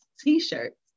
t-shirts